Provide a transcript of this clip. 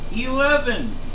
Eleven